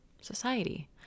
society